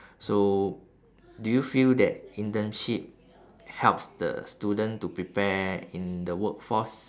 so do you feel that internship helps the student to prepare in the workforce